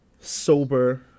sober